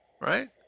right